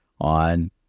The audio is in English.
on